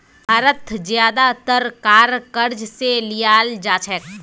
भारत ज्यादातर कार क़र्ज़ स लीयाल जा छेक